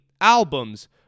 albums